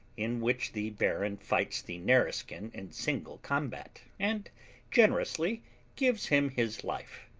in which the baron fights the nareskin in single combat, and generously gives him his life